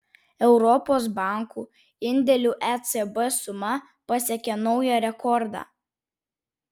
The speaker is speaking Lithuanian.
europos bankų indėlių ecb suma pasiekė naują rekordą